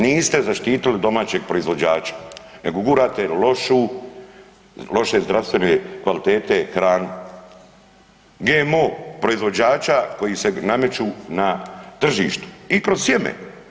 Niste zaštitili domaćeg proizvođača nego gurate lošu, loše zdravstvene kvalitete hranu, GMO proizvođača koji se nameću na tržištu i kroz sjeme.